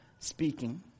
Speaking